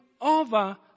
over